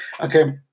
Okay